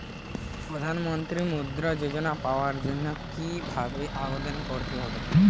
প্রধান মন্ত্রী মুদ্রা যোজনা পাওয়ার জন্য কিভাবে আবেদন করতে হবে?